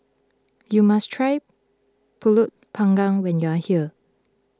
you must try Pulut Panggang when you are here